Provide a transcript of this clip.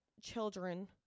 children